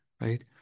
right